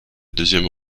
deuxième